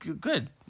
good